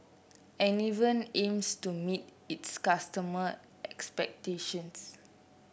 Enervon aims to meet its customer expectations